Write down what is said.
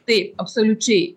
taip absoliučiai